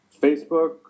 Facebook